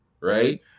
right